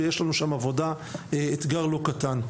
ויש לנו שם אתגר לא קטן.